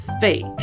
fake